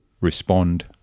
respond